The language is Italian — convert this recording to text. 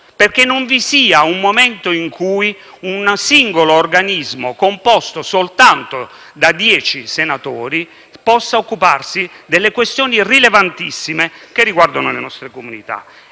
perché non vi sia un momento in cui un singolo organismo, composto soltanto da dieci senatori, possa occuparsi delle questioni rilevantissime che riguardano le nostre comunità.